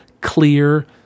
clear